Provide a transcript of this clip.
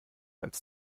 als